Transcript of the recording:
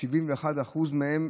71% מהם,